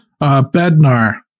Bednar